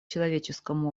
человеческом